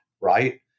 Right